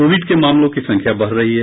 Covid के मामलों की संख्या बढ़ रही है